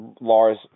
Lars